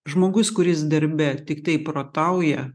žmogus kuris darbe tiktai protauja